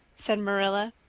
said marilla.